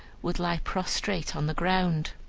would lie prostrate on the ground.